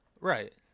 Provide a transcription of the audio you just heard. Right